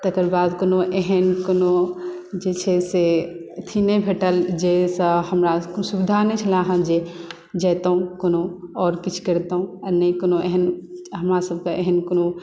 तकर बाद कोनो एहन कोनो जे छै से अथी नहि भेटल जाहिसँ हमरा किछु सुविधा नहि छल हेँ जे जइतहुँ कोनो आओर किछु करितहुँ आ नहि कोनो एहन हमरा सभकेँ एहन कोनो